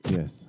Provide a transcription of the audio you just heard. Yes